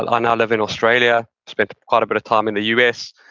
ah and live in australia, spent quite a bit of time in the us.